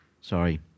sorry